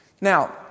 Now